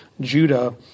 Judah